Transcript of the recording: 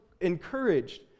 encouraged